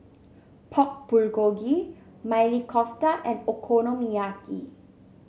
Pork Bulgogi Maili Kofta and Okonomiyaki